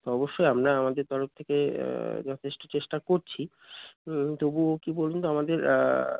তো অবশ্যই আমরা আমাদের তরফ থেকে যথেষ্ট চেষ্টা করছি হুম তবুও কি বলুন তো আমাদের